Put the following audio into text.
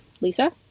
Lisa